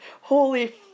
holy